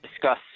Discuss